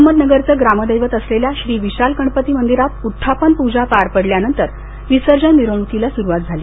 अहमदनगरचं ग्राम दैवत असलेल्या श्री विशाल गणपती मंदिरात उत्थापन पूजा पार पडल्या नंतर विसर्जन मिरवणुकीला सुरुवात झाली